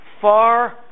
far